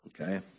Okay